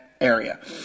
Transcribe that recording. area